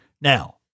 Now